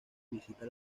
visita